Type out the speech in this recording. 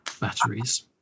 batteries